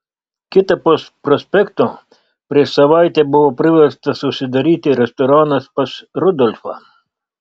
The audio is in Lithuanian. kitapus prospekto prieš savaitę buvo priverstas užsidaryti restoranas pas rudolfą